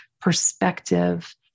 perspective